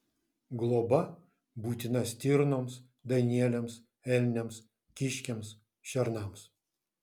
globa būtina stirnoms danieliams elniams kiškiams šernams